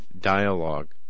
dialogue